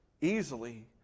easily